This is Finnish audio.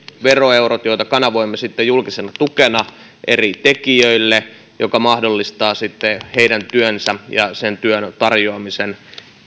veroeurot joita kanavoimme sitten julkisena tukena eri tekijöille mikä mahdollistaa sitten heidän työnsä ja sen työn tarjoamisen